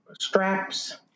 straps